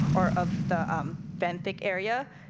or of the um benthic area,